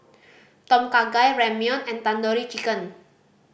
Tom Kha Gai Ramyeon and Tandoori Chicken